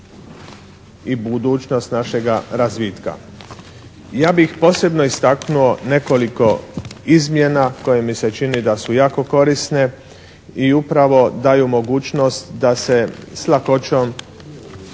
i budućnost našega razvitka. Ja bih posebno istaknuo nekoliko izmjena koje mi se čini da su jako korisne i upravo daju mogućnost da se s lakoćom